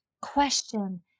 Question